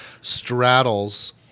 straddles